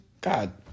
God